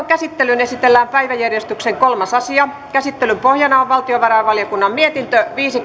käsittelyyn esitellään päiväjärjestyksen kolmas asia käsittelyn pohjana on valtiovarainvaliokunnan mietintö viisi